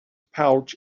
pouch